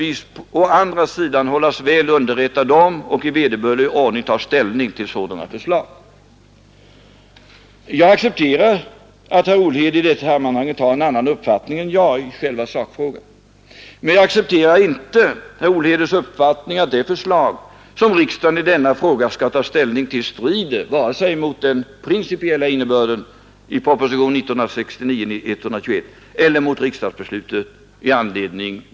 Och Kreditbanken har så småningom också avstått från sin villkorliga fordran på Credentia med undantag för ett mindre belopp, några tusental kronor. Ja, det är bakgrunden. Man hade tillskapat ett s.k. femtusenkronorsbolag, som sedan fick ta över de här tomterna, eftersom banken inte hade rätt att stå som ägare liksom inte heller Tobaksbolaget och ASSI.